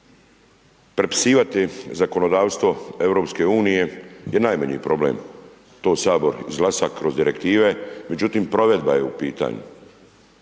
prepisivati zakonodavstvo EU je najmanji problem, to Sabor izglasa kroz direktive, međutim, provedba je u pitanju.